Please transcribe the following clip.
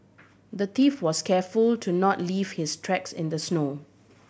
the thief was careful to not leave his tracks in the snow